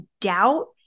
doubt